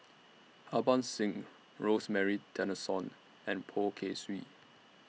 Harbans Singh Rosemary Tessensohn and Poh Kay Swee